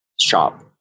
shop